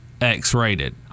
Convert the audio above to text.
X-Rated